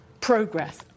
progress